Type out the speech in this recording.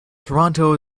toronto